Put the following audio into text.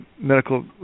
medical